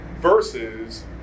Versus